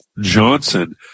Johnson